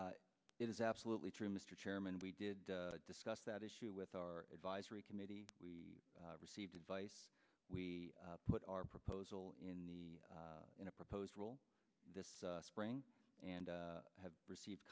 sure it is absolutely true mr chairman we did discuss that issue with our advisory committee we received advice we put our proposal in the in a proposal this spring and have received